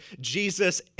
Jesus